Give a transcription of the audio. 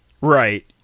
Right